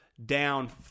down